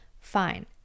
fine